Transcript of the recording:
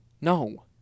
No